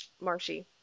marshy